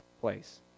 place